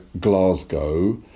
Glasgow